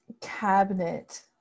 cabinet